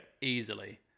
Easily